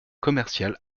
commercial